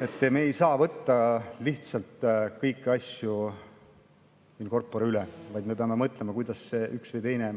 et me ei saa võtta kõiki asjuin corporeüle, vaid me peame mõtlema, kuidas üks või teine